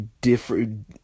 different